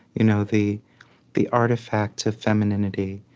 you know the the artifact of femininity,